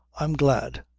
i am glad.